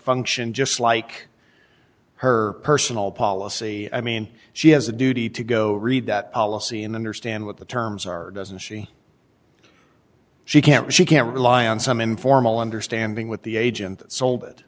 function just like her personal policy i mean she has a duty to go read that policy and understand what the terms are doesn't she she can't she can't rely on some informal understanding with the agent that sold it